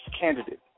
candidate